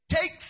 take